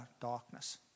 darkness